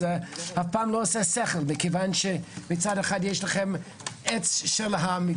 זה אף פעם לא הגיוני מכיוון שמצד אחד יש לכם עץ מהמדבר,